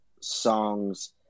songs